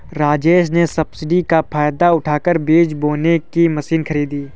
राजेश ने सब्सिडी का फायदा उठाकर बीज बोने की मशीन खरीदी